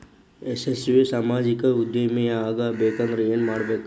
ಯಶಸ್ವಿ ಸಾಮಾಜಿಕ ಉದ್ಯಮಿಯಾಗಬೇಕಂದ್ರ ಏನ್ ಮಾಡ್ಬೇಕ